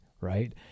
right